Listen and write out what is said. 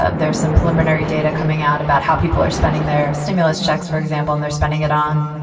and there's some preliminary data coming out about how people are spending their stimulus checks, for example, and they're spending it on,